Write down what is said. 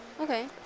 Okay